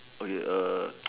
okay